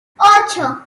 ocho